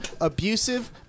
abusive